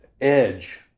edge